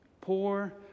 Poor